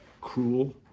cruel